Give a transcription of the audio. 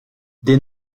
des